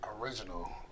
original